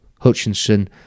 Hutchinson